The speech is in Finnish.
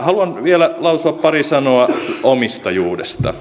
haluan vielä lausua pari sanaa omistajuudesta